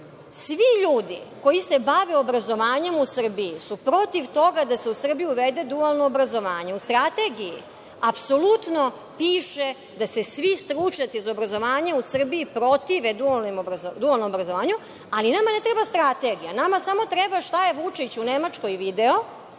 Svi ljudi koji se bave obrazovanjem u Srbiji su protiv toga da se u Srbiju uvede dualno obrazovanje. U strategiji apsolutno piše da se svi stručnjaci iz obrazovanja u Srbiji protive dualnom obrazovanju, ali nama ne treba strategija, nama samo treba šta je Vučić u Nemačkoj video